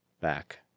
back